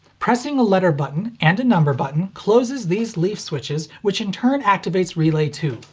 pressing a letter button and a number button closes these leaf switches which in turn activates relay two,